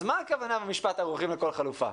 אז מה הכוונה במשפט האומר שאתם ערוכים לכל חלופה?